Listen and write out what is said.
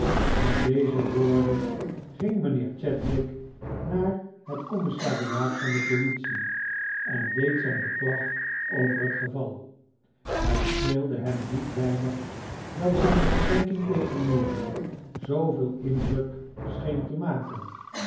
met deze woorden ging mijnheer chadwick naar het commissariaat van politie en deed zijn beklag over het geval het streelde hem niet weinig dat zijne verdenking tegen norah zooveel indruk scheen te maken